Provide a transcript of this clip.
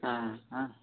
हां